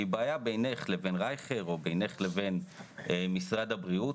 היא בעיה בינך לבין רייכר או בינך לבין משרד הבריאות,